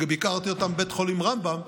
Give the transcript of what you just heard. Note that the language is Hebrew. ביקרתי אותם בבית החולים רמב"ם,